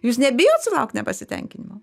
jūs nebijot sulaukt nepasitenkinimo